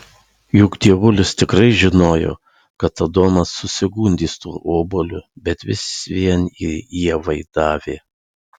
juk dievulis tikrai žinojo kad adomas susigundys tuo obuoliu bet vis vien jį ievai davė